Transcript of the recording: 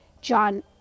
John